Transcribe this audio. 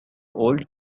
old